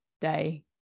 day